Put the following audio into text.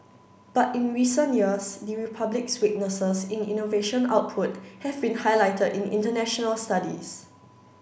but in recent years the Republic's weaknesses in innovation output have been highlighted in international studies